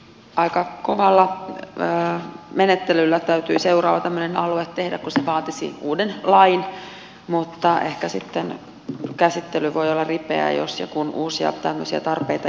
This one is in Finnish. aika kovalla menettelyllä täytyy seuraava tämmöinen alue tehdä kun se vaatisi uuden lain mutta ehkä sitten käsittely voi olla ripeää jos ja kun uusia tämmöisiä tarpeita ilmenee